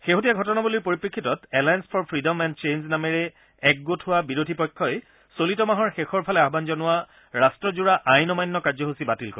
শেহতীয়া ঘটনাৱলীৰ পৰিপ্ৰেক্ষিতত এলায়েঞ্চ ফ্ৰিডম এণ্ড চেঞ্জ নামেৰে এক গোট হোৱা বিৰোধী পক্ষই চলিত মাহৰ শেষৰ ফালে আহান জনোৱা ৰাট্টজোৰা আইন অমান্য কাৰ্যসূচী বাতিল কৰে